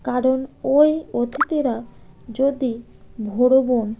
কারণ ওই অতিথিরা যদি ভরোবন